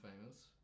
famous